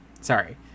sorry